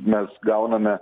mes gauname